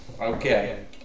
Okay